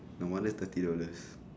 no wonder thirty dollars